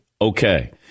Okay